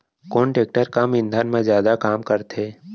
कोन टेकटर कम ईंधन मा जादा काम करथे?